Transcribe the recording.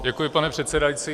Děkuji, pane předsedající.